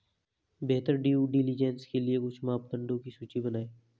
बेहतर due diligence के लिए कुछ मापदंडों की सूची बनाएं?